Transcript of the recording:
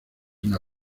una